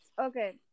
Okay